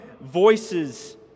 voices